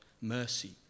Mercy